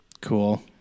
Cool